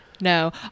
No